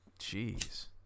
Jeez